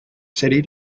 city